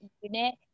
unit